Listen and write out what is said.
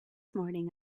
morning